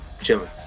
chilling